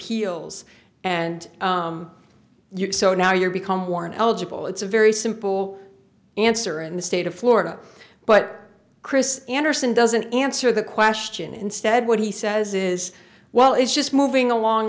appeals and your so now you become worn eligible it's a very simple answer in the state of florida but chris anderson doesn't answer the question instead what he says is well it's just moving along